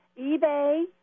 eBay